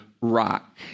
rock